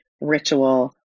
ritual